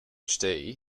studies